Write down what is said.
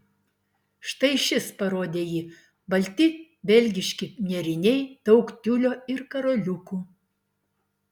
štai šis parodė ji balti belgiški nėriniai daug tiulio ir karoliukų